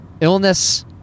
Illness